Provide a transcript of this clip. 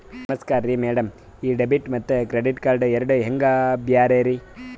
ನಮಸ್ಕಾರ್ರಿ ಮ್ಯಾಡಂ ಈ ಡೆಬಿಟ ಮತ್ತ ಕ್ರೆಡಿಟ್ ಕಾರ್ಡ್ ಎರಡೂ ಹೆಂಗ ಬ್ಯಾರೆ ರಿ?